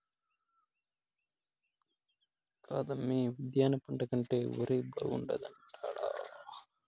కాదమ్మీ ఉద్దాన పంట కంటే ఒరే బాగుండాది అంటాండా